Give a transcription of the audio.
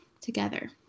Together